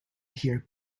here